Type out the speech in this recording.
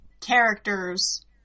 characters